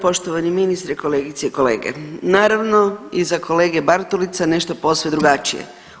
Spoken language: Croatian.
Poštovani ministre, kolegice i kolege, naravno iza kolege Bartulice nešto posve drugačije.